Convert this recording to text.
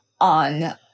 on